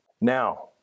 now